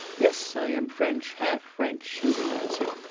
yes, i am french, half french shubin answered,